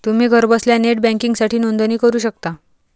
तुम्ही घरबसल्या नेट बँकिंगसाठी नोंदणी करू शकता